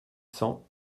cent